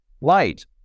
light